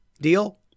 Deal